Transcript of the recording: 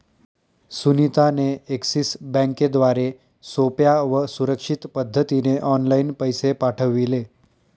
सुनीता ने एक्सिस बँकेद्वारे सोप्या व सुरक्षित पद्धतीने ऑनलाइन पैसे पाठविले